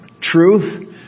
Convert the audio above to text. truth